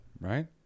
right